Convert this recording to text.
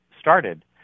started